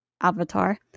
Avatar